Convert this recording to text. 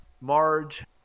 Marge